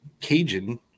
Cajun